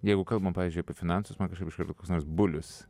jeigu kalbam pavyzdžiui apie finansus man kažkaip iš karto koks nors bulius